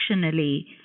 functionally